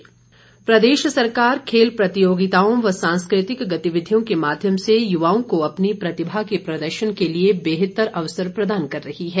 मारकंडा प्रदेश सरकार खेल प्रतियोगिताओं व सांस्कृतिक गतिविधियों के माध्यम से युवाओं को अपनी प्रतिभा के प्रदर्शन के लिए बेहतर अवसर प्रदान कर रही है